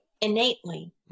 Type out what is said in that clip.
innately